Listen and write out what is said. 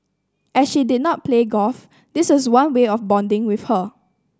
as she did not play golf this was one way of bonding with her